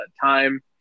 time